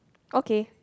okay